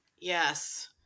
yes